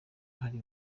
hari